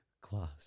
class